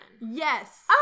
Yes